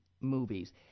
movies